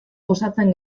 osatzen